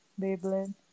Beyblade